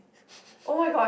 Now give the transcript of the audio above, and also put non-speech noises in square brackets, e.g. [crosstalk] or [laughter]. [laughs]